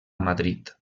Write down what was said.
madrid